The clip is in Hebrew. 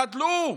חדלו,